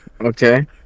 Okay